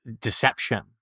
deception